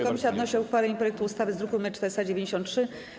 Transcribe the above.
Komisja wnosi o uchwalenie projektu ustawy z druku nr 493.